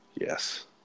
Yes